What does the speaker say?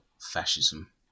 fascism